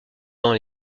dans